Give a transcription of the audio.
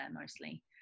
mostly